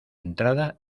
entrada